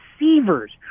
receivers